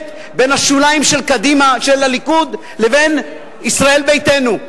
בין השוליים של הליכוד לבין ישראל ביתנו.